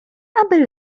aby